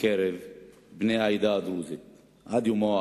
בקרב בני העדה הדרוזית עד יומו האחרון,